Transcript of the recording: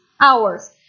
hours